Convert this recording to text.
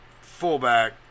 fullback